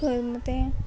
ಹೊಯ್ ಮತ್ತೆ